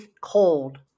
cold